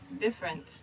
different